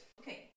okay